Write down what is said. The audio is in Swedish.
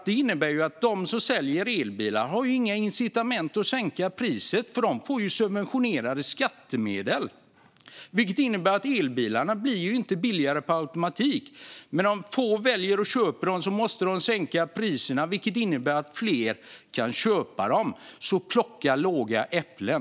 De som säljer elbilar har inga incitament att sänka priset, för de subventioneras med skattemedel, vilket innebär att elbilarna inte blir billigare per automatik. Men om få väljer att köpa dem måste man sänka priserna, vilket innebär att fler kan köpa dem. Plocka lågt hängande äpplen!